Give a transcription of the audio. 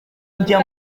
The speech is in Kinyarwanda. njya